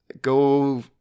go